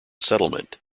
settlement